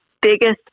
Biggest